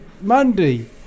Monday